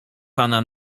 pana